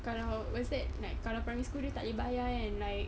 kalau what's that like kalau primary school dia tak payah bayar kan like